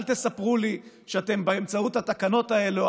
אל תספרו לי שבאמצעות התקנות האלה או